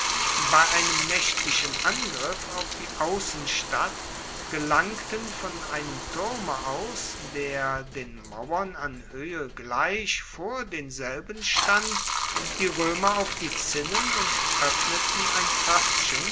bei einem nächtlichen angriff auf die außenstadt gelangten von einem turme aus der den mauern an höhe gleich vor denselben stand die römer auf die zinnen und öffneten ein